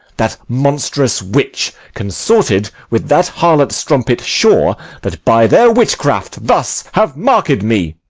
that monstrous witch, consorted with that harlot-strumpet shore, that by their witchcraft thus have marked me.